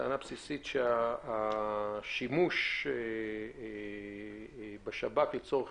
הטענה הבסיסית היא שהשימוש בשב"כ לצורך